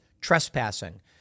trespassing